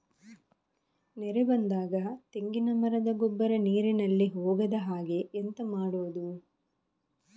ನೆರೆ ಬಂದಾಗ ತೆಂಗಿನ ಮರದ ಗೊಬ್ಬರ ನೀರಿನಲ್ಲಿ ಹೋಗದ ಹಾಗೆ ಎಂತ ಮಾಡೋದು?